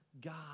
God